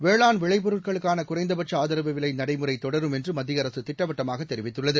வேளாண் விளைபொருட்களுக்கான குறைந்தபட்ச ஆதரவு விலை நடைமுறை தொடரும் என்று மத்திய அரசு திட்டவட்டமாக தெரிவித்துள்ளது